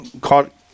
caught